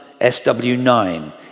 SW9